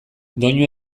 doinu